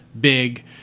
Big